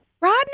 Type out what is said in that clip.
Rodney